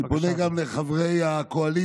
אני פונה גם לחברי הקואליציה